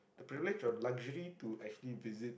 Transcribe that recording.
privilege of luxury to actually visit